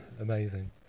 Amazing